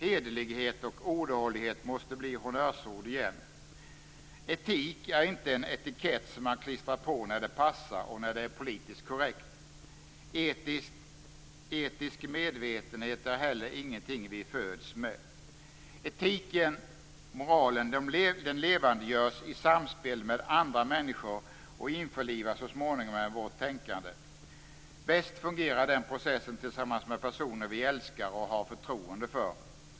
Hederlighet och ordhållighet måste bli honnörsord igen. Etik är inte en etikett som man klistrar på när det passar och när det är politiskt korrekt. Etisk medvetenhet är heller ingenting som vi föds med. Etiken och moralen levandegörs i samspel med andra människor och införlivas så småningom med vårt tänkande. Bäst fungerar den processen tillsammans med personer som vi älskar och har förtroende för.